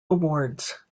awards